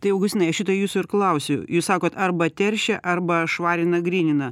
tai augistinai aš šito jūsų ir klausiu jūs sakote arba teršia arba švarina grynina